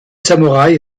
samurai